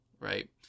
right